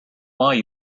why